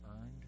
earned